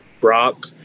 Brock